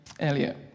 earlier